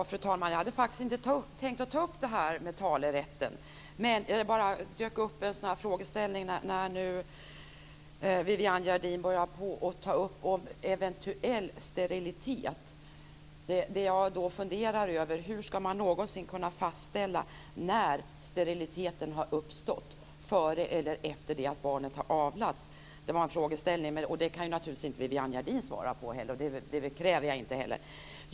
Fru talman! Jag hade faktiskt inte tänkt ta upp det här med talerätten, men det dök upp en frågeställning när Viviann Gerdin nu började tala om detta med eventuell sterilitet. Det jag funderar över är hur man någonsin ska kunna fastställa när steriliteten har uppstått, före eller efter det att barnet har avlats. Det var en frågeställning. Det kan naturligtvis inte Viviann Gerdin svara på, och det kräver jag inte heller.